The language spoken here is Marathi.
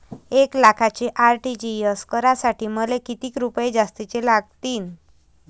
एक लाखाचे आर.टी.जी.एस करासाठी मले कितीक रुपये जास्तीचे लागतीनं?